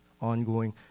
ongoing